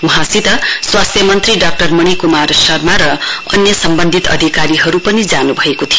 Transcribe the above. वहाँसित स्वास्थ्य मन्त्री डाक्टर मणिक्मार शर्मा र अन्य सम्बन्धित अधिकारीहरू पनि जान् भएको थियो